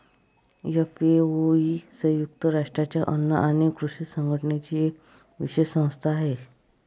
FAO ही संयुक्त राष्ट्रांच्या अन्न आणि कृषी संघटनेची एक विशेष संस्था आहे